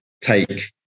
take